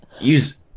use